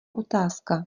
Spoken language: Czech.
otázka